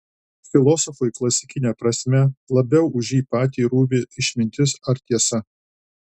filosofui klasikine prasme labiau už jį patį rūpi išmintis ar tiesa